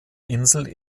insel